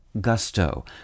gusto